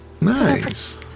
Nice